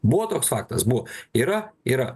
buvo toks faktas buvo yra yra